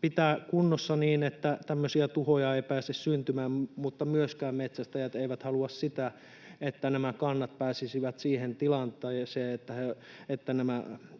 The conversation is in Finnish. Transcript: pitää kunnossa, niin että tämmöisiä tuhoja ei pääse syntymään. Mutta myöskään metsästäjät eivät halua sitä, että nämä kannat pääsisivät siihen tilanteeseen, että